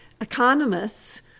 economists